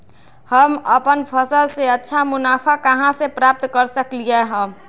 हम अपन फसल से अच्छा मुनाफा कहाँ से प्राप्त कर सकलियै ह?